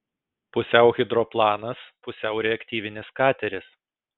pusiau hidroplanas pusiau reaktyvinis kateris